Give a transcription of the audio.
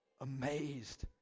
amazed